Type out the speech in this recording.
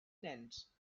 nens